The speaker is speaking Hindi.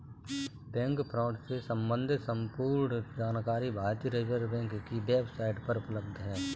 बैंक फ्रॉड से सम्बंधित संपूर्ण जानकारी भारतीय रिज़र्व बैंक की वेब साईट पर उपलब्ध है